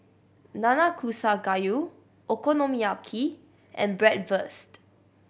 Nanakusa Gayu Okonomiyaki and Bratwurst